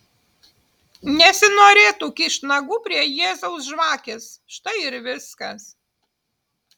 nesinorėtų kišt nagų prie jėzaus žvakės štai ir viskas